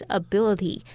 ability